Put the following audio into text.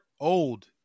old